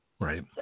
Right